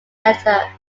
letter